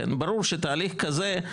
הרי ברור שתהליך כזה,